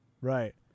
Right